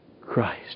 Christ